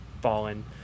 fallen